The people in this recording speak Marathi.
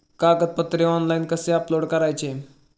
कागदपत्रे ऑनलाइन कसे अपलोड करायचे?